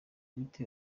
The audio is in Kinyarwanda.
bite